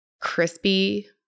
crispy